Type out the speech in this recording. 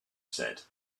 said